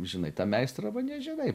žinai tą meistrą va nežinai